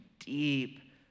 deep